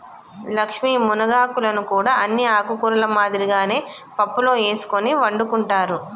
లక్ష్మీ మునగాకులను కూడా అన్ని ఆకుకూరల మాదిరిగానే పప్పులో ఎసుకొని వండుకుంటారు